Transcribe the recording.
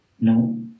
No